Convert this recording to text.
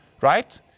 right